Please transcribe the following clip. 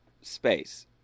space